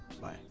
Bye